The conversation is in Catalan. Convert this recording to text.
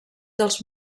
dels